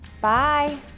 bye